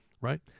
right